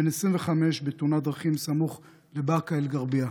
בן 25, בתאונת דרכים סמוך לבאקה אל-גרבייה.